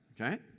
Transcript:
Okay